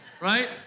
right